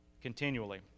continually